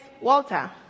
Walter